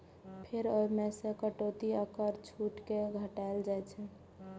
फेर ओइ मे सं कटौती आ कर छूट कें घटाएल जाइ छै